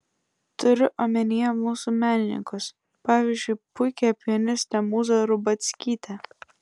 turiu omenyje mūsų menininkus pavyzdžiui puikią pianistę mūzą rubackytę